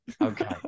Okay